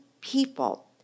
people